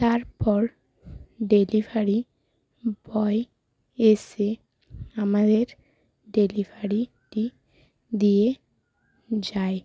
তারপর delivery boy এসে আমাদের ডেলিভারিটি দিয়ে যায়